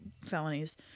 felonies